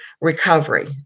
recovery